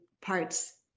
parts